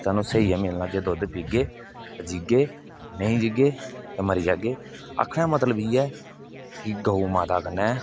सानूं स्हेई गै मिलना जे दुद्ध पीगे जीगे नेईं जीगे ते मरी जागे आखने दा मतलब इ'यै कि गौ माता कन्नै